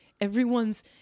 everyone's